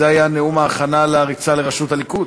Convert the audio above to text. זה היה נאום ההכנה לריצה לראשות הליכוד?